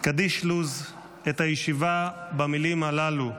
קדיש לוז את הישיבה במילים הללו: